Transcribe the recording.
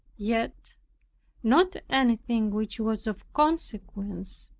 yet not anything which was of consequence.